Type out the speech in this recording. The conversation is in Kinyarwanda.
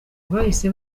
bahise